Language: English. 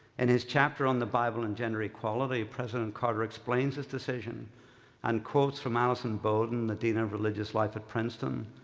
and his chapter on the bible on and gender equality, president carter explains his decision and quotes from allison bolden, the dean of religious life at princeton,